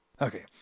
Okay